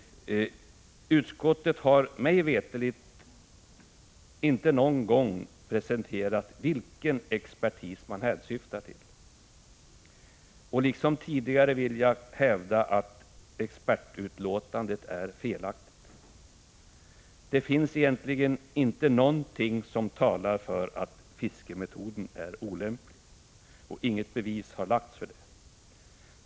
Utskottet har mig veterligt inte någon gång presenterat vilken expertis man hänvisar till. Liksom tidigare vill jag hävda att expertutlåtandet är felaktigt. Det finns egentligen inte någonting som talar för att fiskemetoden är olämplig, och inget bevis har heller framlagts.